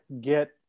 get